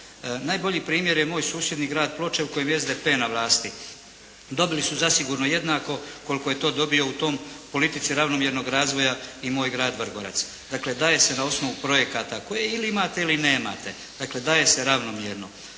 Najbolji primjer je moj susjedni grad Ploče u kojem je SDP na vlasti. Dobili su zasigurno jednako koliko je to dobio u tom, politici ravnomjernog razvoja i moj grad Vrgorac. Dakle, daje se na osnovu projekata koje ili imate ili nemate. Dakle, daje se ravnomjerno.